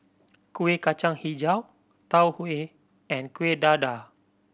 Kuih Kacang Hijau Tau Huay and Kuih Dadar